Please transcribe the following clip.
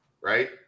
Right